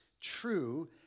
true